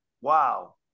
wow